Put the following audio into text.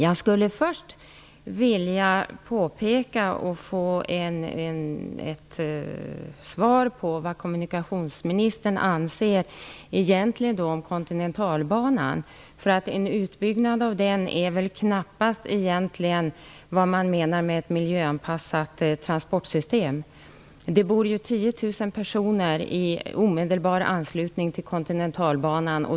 Jag vill först få ett svar på vad kommunikationsministern anser om Kontinentalbanan. En utbyggnad av den innebär knappast vad man menar med ett miljöanpassat transportsystem. Det bor 10 000 personer i omedelbar anslutning till Kontinentalbanan.